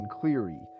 Cleary